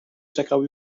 czekał